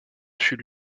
fut